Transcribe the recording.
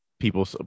people